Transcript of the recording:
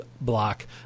block